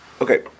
Okay